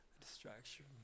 distraction